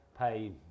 pay